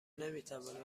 نمیتوانید